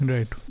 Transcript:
Right